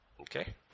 Okay